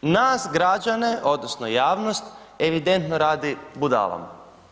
nas građane odnosno javnost evidentno radi budalom.